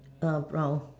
err brown